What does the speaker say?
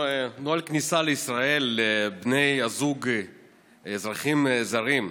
נוהל הכניסה לישראל לבני זוג לאזרחים ישראלים